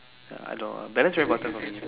ya I don't balance share marker for me